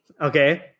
Okay